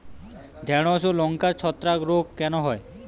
ঢ্যেড়স ও লঙ্কায় ছত্রাক রোগ কেন হয়?